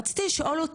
רציתי לשאול,